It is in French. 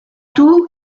tout